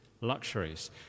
luxuries